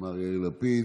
מר יאיר לפיד.